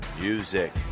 music